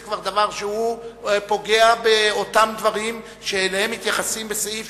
זה כבר פוגע באותם דברים שאליהם מתייחסים בסעיפים